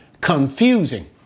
confusing